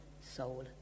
soul